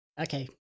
Okay